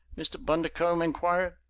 mr. bundercombe inquired.